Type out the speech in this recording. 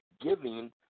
giving